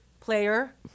player